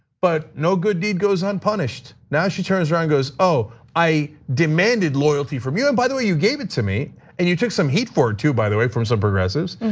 but no good deed goes unpunished. now she turns around goes, i demanded loyalty from you. and by the way, you gave it to me and you took some heat for it too, by the way from some progressives.